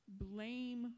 blame